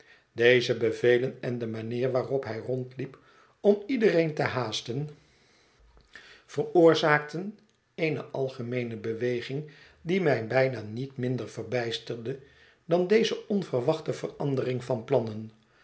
deze bevelen en de manier waarop hij rondliep om iedereen te haasten veroorzaakten eene algemeene beweging die mij bijna niet minder verbijsterde dan deze onverwachte verandering van plannen